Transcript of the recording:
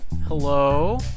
Hello